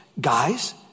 guys